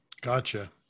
Gotcha